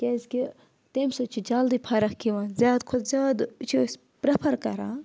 کیٛازِکہِ تمہِ سۭتۍ چھِ جلدی فرق یِوان زیادٕ کھۄتہٕ زیادٕ چھِ أسۍ پرٛیٚفَر کَران